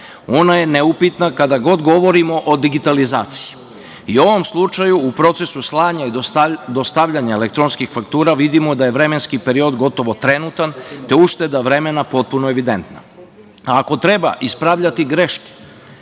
ono je neupitno, kada god govorimo o digitalizaciji. U ovom slučaju, u procesu slanja i dostavljanja elektronskih faktura vidimo da je vremenski period gotovo trenutan, te je ušteda vremena potpuno evidentna. A, ako treba ispravljati greške,